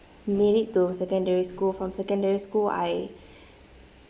made it to secondary school from secondary school I